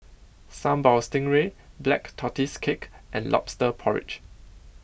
Sambal Stingray Black Tortoise Cake and Lobster Porridge